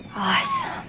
Awesome